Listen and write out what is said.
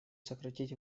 сократить